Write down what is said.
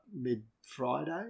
mid-Friday